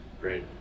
great